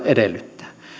edellyttää